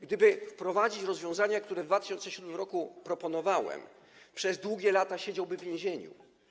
Gdyby wprowadzić rozwiązania, które w 2007 r. proponowałem, przez długie lata siedziałby w więzieniu.